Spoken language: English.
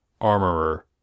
Armorer